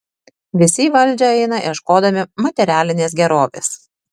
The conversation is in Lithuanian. visi į valdžią eina ieškodami materialinės gerovės